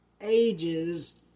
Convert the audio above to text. ages